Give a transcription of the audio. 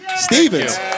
Stevens